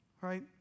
right